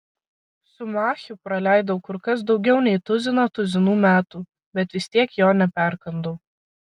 su machiu praleidau kur kas daugiau nei tuziną tuzinų metų bet vis tiek jo neperkandau